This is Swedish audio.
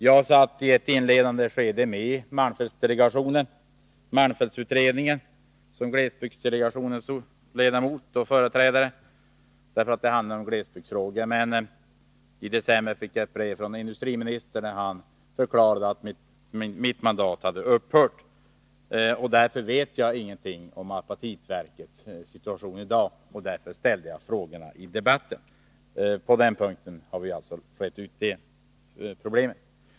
Jag satt i ett inledande skede med i malmfältsutredningen som företrädare för glesbygdsdelegationen, eftersom det handlade om glesbygdsfrågor, men i december fick jag ett brev från industriministern där han förklarade att mitt mandat hade upphört. Därför vet jag heller ingenting om apatitverkets situation i dag, och det var anledningen till att jag ställde mina frågor i debatten. Därmed är den punkten utredd.